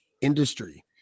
industry